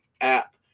app